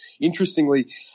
Interestingly